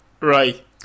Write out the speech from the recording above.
Right